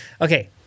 Okay